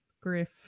Griff